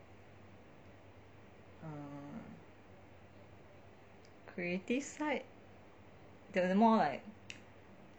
err creative side they are the more like